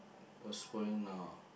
postponing now ah